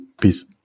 Peace